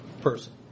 person